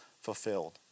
fulfilled